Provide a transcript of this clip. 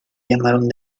llamaron